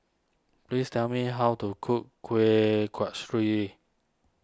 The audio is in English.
please tell me how to cook Kueh Kasturi